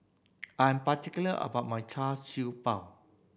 I'm particular about my Char Siew Bao